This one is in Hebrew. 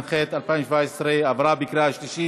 (תיקון), התשע"ח 2017, התקבלה בקריאה שלישית